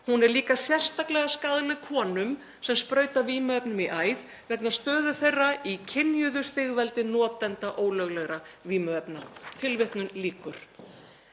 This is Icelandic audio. Hún er líka sérstaklega skaðleg konum sem sprauta vímuefnum í æð vegna stöðu þeirra í kynjuðu stigveldi notenda ólöglegra vímuefna.“ Málið er